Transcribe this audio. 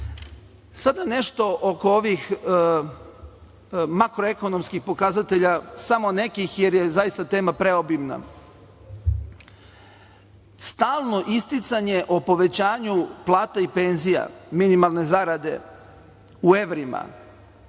gora. Sada nešto oko ovih makroekonomskih pokazatelja. Samo nekih, jer je zaista tema preobimna. Stalno isticanje o povećanju plata i penzija, minimalne zarade u evrima